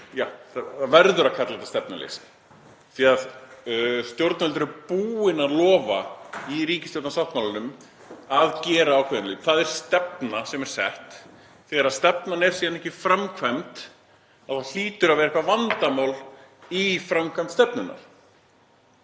það verður að kalla þetta stefnuleysi því að stjórnvöld eru búin að lofa í ríkisstjórnarsáttmálanum að gera ákveðinn hlut og það er stefna sem er sett. Þegar stefnan er síðan ekki framkvæmd hlýtur að vera eitthvað vandamál í framkvæmd stefnunnar.